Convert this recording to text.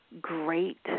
great